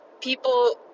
People